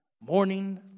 Morning